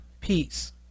peace